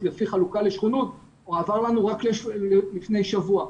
חלוקה לשכונות הועבר אלינו רק לפני שבוע.